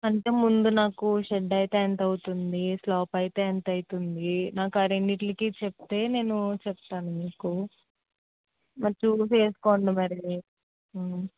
అంటే ముందు నాకు షెడ్ అయితే ఎంత అవుతుంది స్లాబ్ అయితే ఎంత అవుతుంది నాకు ఆ రెండిట్లికి చెప్తే నేను చెప్తాను మీకు మరి చూసి వేసుకోండి మరి